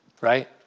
right